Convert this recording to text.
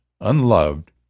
unloved